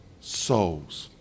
souls